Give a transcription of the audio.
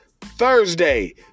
Thursday